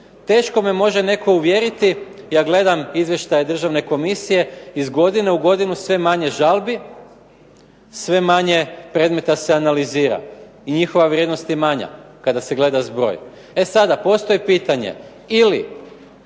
Teško me može netko uvjeriti, ja gledam izvještaj Državne komisije iz godine u godinu sve manje žalbi, sve manje predmeta se analizira i njihova vrijednost je manja kada se gleda zbroj. E sada, postoji pitanje. Ili